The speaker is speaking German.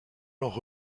noch